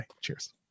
cheers